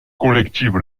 collective